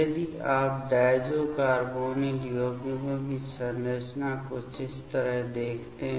यदि आप इस डायज़ो कार्बोनिल यौगिकों की संरचना कुछ इस तरह देखते हैं